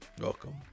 Welcome